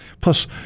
Plus